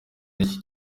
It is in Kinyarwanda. n’iki